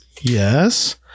yes